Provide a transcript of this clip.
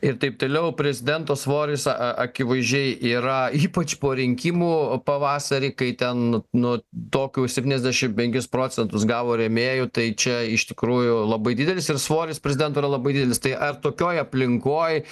ir taip toliau prezidento svoris a akivaizdžiai yra ypač po rinkimų pavasarį kai ten nu tokiu septyniasdešim penkis procentus gavo rėmėjų tai čia iš tikrųjų labai didelis yra svoris prezidento yra labai didelis tai ar tokioj aplinkoj